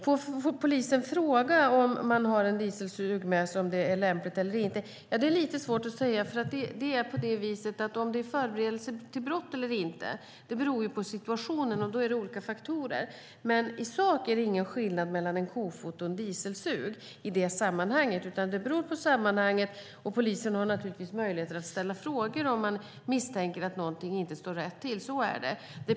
Får polisen fråga, om man har en dieselsug med sig, om det är lämpligt eller inte? Det är lite svårt att säga, därför att om det är förberedelse till brott eller inte beror på situationen, och då är det olika faktorer som spelar in. Men i sak är det ingen skillnad mellan en kofot och en dieselsug, utan det beror på sammanhanget. Polisen har naturligtvis möjligheter att ställa frågor om man misstänker att något inte står rätt till. Så är det.